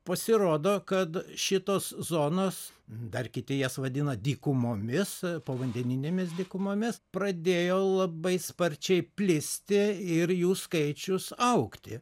pasirodo kad šitos zonos dar kiti jas vadina dykumomis povandeninėmis dykumomis pradėjo labai sparčiai plisti ir jų skaičius augti